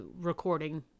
recording